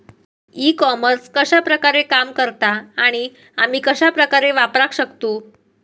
E commerce कश्या प्रकारे काम करता आणि आमी कश्या प्रकारे वापराक शकतू?